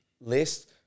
list